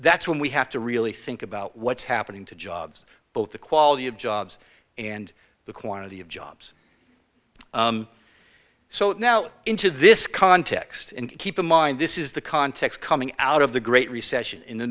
that's when we have to really think about what's happening to jobs both the quality of jobs and the quantity of jobs so now into this context and keep in mind this is the context coming out of the great recession in the